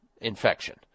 infection